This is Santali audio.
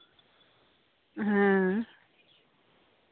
ᱦᱮᱸ